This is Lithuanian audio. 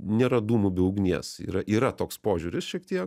nėra dūmų be ugnies yra yra toks požiūris šiek tiek